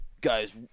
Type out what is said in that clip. guys